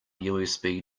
usb